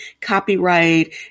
copyright